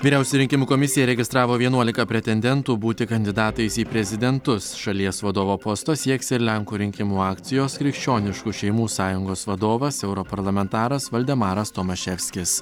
vyriausioji rinkimų komisija registravo vienuolika pretendentų būti kandidatais į prezidentus šalies vadovo posto sieks ir lenkų rinkimų akcijos krikščioniškų šeimų sąjungos vadovas europarlamentaras valdemaras tomaševskis